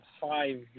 five